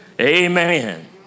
Amen